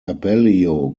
abellio